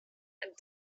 and